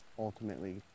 ultimately